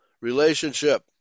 relationship